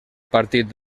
partit